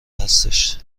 هستش